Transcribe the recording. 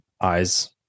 eyes